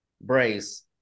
brace